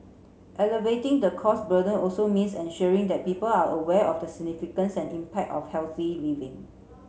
alleviating the cost burden also means ensuring that people are aware of the significance and impact of healthy living